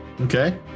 Okay